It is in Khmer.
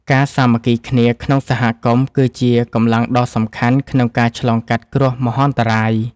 ការសាមគ្គីគ្នាក្នុងសហគមន៍គឺជាកម្លាំងដ៏សំខាន់ក្នុងការឆ្លងកាត់គ្រោះមហន្តរាយ។